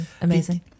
amazing